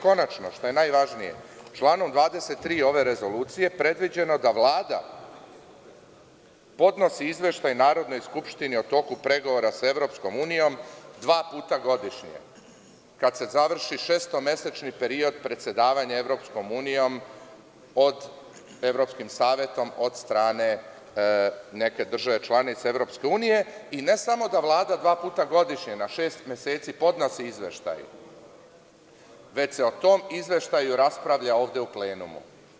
Konačno, što je najvažnije članom 23. ove rezolucije predviđeno je da Vlada podnosi izveštaj Narodnoj skupštini o toku pregovora sa EU dva puta godišnje, kada se završi šestomesečni period predsedavanja EU od Evropskog Saveta od strane neke države članice EU i ne samo da Vlada dva puta godišnje na šest meseci podnosi izveštaj, već se o tom izveštaju raspravlja ovde u plenumu.